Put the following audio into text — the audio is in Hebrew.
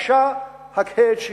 רשע, הקהה את שיניו.